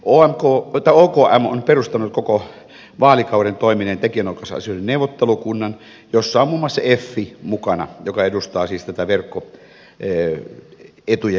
okm on perustanut koko vaalikauden toimineen tekijänoikeusasioiden neuvottelukunnan jossa on muun muassa effi mukana joka edustaa siis tätä verkkoetujen ajajia